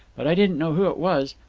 but i didn't know who it was.